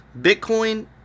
Bitcoin